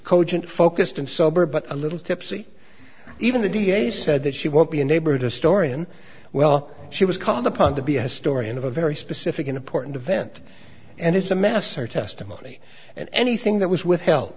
cogent focused and sober but a little tipsy even the d a said that she won't be a neighborhood historian well she was called upon to be a historian of a very specific an important event and it's a mess her testimony and anything that was withhel